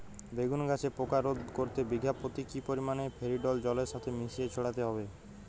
বেগুন গাছে পোকা রোধ করতে বিঘা পতি কি পরিমাণে ফেরিডোল জলের সাথে মিশিয়ে ছড়াতে হবে?